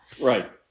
Right